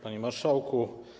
Panie Marszałku!